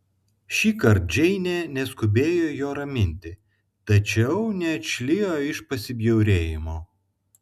šįkart džeinė neskubėjo jo raminti tačiau neatšlijo iš pasibjaurėjimo